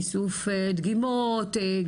איסוף דגימות,